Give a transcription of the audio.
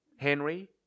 Henry